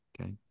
Okay